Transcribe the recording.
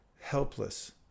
helpless